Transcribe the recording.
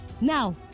Now